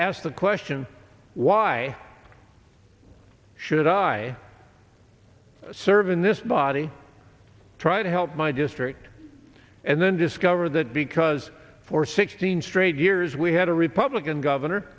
ask the question why should i serve in this body try to help my district and then discover that because for sixteen straight years we had a republican governor